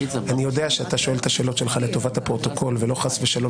אני יודע שאתה שואל את השאלות שלך לטובת הפרוטוקול ולא חס ושלום